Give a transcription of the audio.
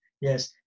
Yes